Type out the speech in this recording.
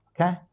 Okay